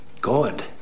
God